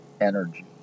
energy